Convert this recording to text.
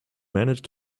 managed